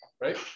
Right